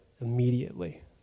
immediately